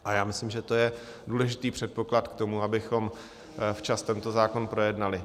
A já myslím, že to je důležitý předpoklad k tomu, abychom včas tento zákon projednali.